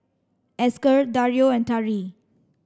Esker Dario and Tari